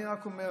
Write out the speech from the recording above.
אני רק אומר,